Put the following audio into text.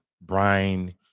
Brian